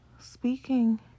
speaking